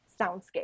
soundscape